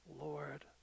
Lord